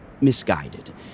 misguided